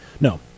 no